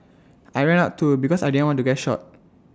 I ran out too because I didn't want to get shot